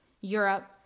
Europe